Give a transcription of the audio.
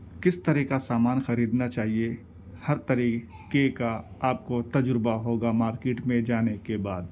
کس طرح کا سامان خریدنا چاہیے ہر طریقے کا آپ کو تجربہ ہوگا مارکیٹ میں جانے کے بعد